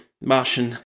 Martian